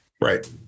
Right